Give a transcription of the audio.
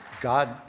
God